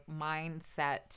mindset